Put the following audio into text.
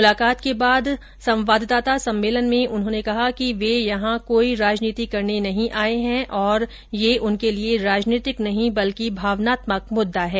मुलाकात के बाद संवाददाता सम्मेलन में उन्होंने कहा कि वे यहां कोई राजनीति करने नहीं आये है और यह उनके लिये राजनीतिक नहीं बल्कि भावनात्मक मुद्दा है